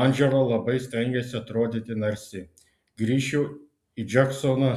andžela labai stengiasi atrodyti narsi grįšiu į džeksoną